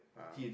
ah